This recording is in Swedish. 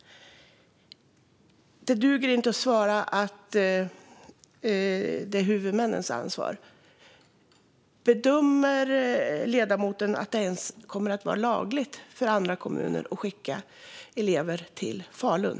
Det duger inte att svara att det är huvudmännens ansvar. Bedömer ledamoten att det ens kommer att vara lagligt för andra kommuner att skicka elever till Falun?